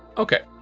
okay,